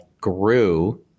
grew